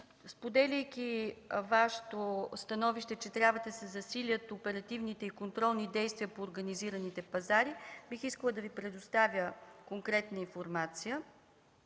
Споделяйки Вашето становище, че трябва да се засилят оперативните и контролни действия по организираните пазари, бих искала да Ви предоставя конкретна информация